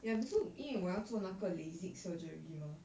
ya so 因为我要做那个 LASIK surgery mah